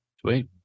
Sweet